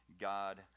God